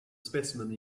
specimen